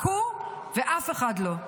רק הוא ואף אחד לא.